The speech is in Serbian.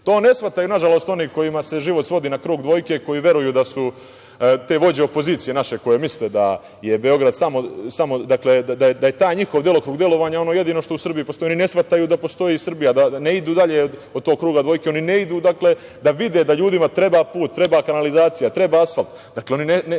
ne shvataju, nažalost, oni kojima se život svodi na krug dvojke, koji veruju da su te vođe opozicije naše, koji misle da je Beograd samo, da je taj njihov delokrug delovanja ono jedino što u Srbiji postoji. Oni ne shvataju da postoji Srbija, da ne idu dalje od tog kruga dvojke, oni ne idu da vide da ljudima treba put, treba kanalizacija, treba asfalt. Dakle, oni ne shvataju